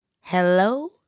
Hello